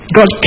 God